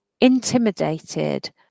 intimidated